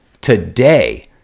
Today